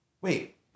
wait